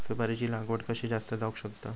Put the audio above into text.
सुपारीची लागवड कशी जास्त जावक शकता?